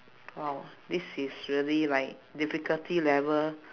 !wow! this is really like difficulty level